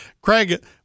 Craig